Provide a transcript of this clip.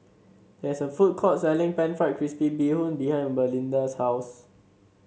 there is a food court selling pan fried crispy Bee Hoon behind Belinda's house